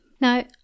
Now